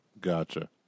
Gotcha